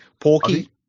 Porky